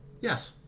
Yes